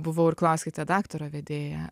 buvau ir klauskite daktaro vedėja